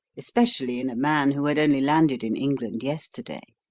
especially in a man who had only landed in england yesterday.